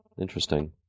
Interesting